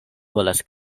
volas